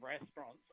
restaurants